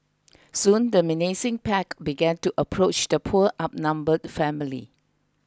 soon the menacing pack began to approach the poor outnumbered family